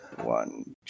One